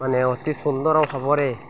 ମାନେ ଅତି ସୁନ୍ଦର ଭାବରେ